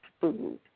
food